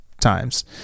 times